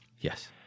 Yes